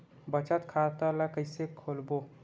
बचत खता ल कइसे खोलबों?